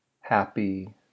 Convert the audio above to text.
happy